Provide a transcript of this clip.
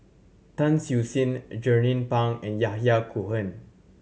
Tan Siew Sin Jernnine Pang and Yahya Cohen